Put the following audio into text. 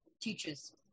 teachers